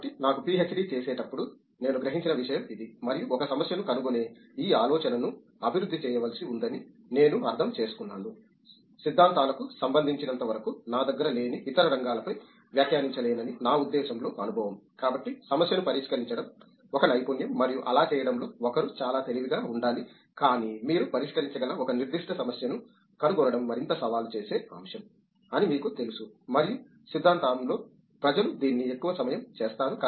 కాబట్టి మీకు పీహెచ్డీ చేసేటప్పుడు నేను గ్రహించిన విషయం ఇది మరియు ఒక సమస్యను కనుగొనే ఈ ఆలోచనను అభివృద్ధి చేయవలసి ఉందని నేను అర్థం చేసుకున్నాను సిద్ధాంతాలకు సంబంధించినంతవరకు నా దగ్గర లేని ఇతర రంగాలపై వ్యాఖ్యానించలేనని నా ఉద్దేశ్యం లో అనుభవం కాబట్టి సమస్యను పరిష్కరించడం ఒక నైపుణ్యం మరియు అలా చేయడంలో ఒకరు చాలా తెలివిగా ఉండాలి కానీ మీరు పరిష్కరించగల ఒక నిర్దిష్ట సమస్యను కనుగొనడం మరింత సవాలు చేసే అంశం అని మీకు తెలుసు మరియు సిద్ధాంతంలో ప్రజలు దీన్ని ఎక్కువ సమయం చేస్తారు